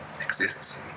exists